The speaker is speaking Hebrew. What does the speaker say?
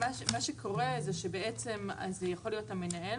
מה שקורה זה שבעצם זה יכול להיות המנהל,